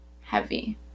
heavy